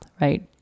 right